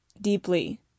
deeply